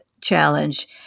challenge